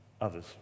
others